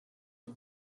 him